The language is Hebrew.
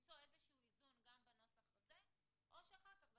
למצוא איזשהו איזון גם בנוסח הזה או שאחר כך נחליט